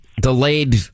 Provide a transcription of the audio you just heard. delayed